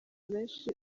benshi